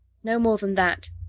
no more than that.